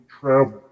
travel